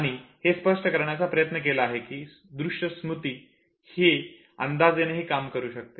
आणि हे स्पष्ट करण्याचा प्रयत्न केला आहे की दृश्य स्मृती हि अंदाजेही काम करू शकते